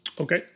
Okay